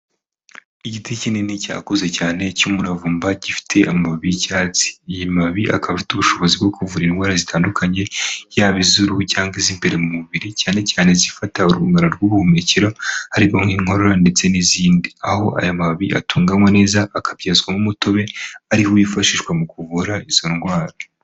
Igiti kinini cyakuze cyane cy'umuravumba gifite amababi y'icyatsi, ayo mababi akaba afite ubushobozi bwo kuvura indwara zitandukanye yaba izuruhu cyangwa iz'imbere mu mubiri cyane cyane zifata urungano rw'ubuhumekero arimo nk'inkorora ndetse n'izindi, aho aya mababi atunganywa neza akabyazwamo umutobe ariho yifashishwa mu kuvura izo ndwara.